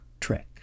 trick